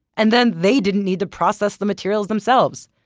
and then they didn't need to process the materials themselves.